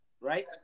right